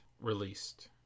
released